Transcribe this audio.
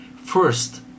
First